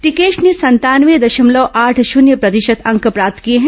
टिकेश ने संतावने दशमलव आठ शून्य प्रतिशत अंक प्राप्त किए हैं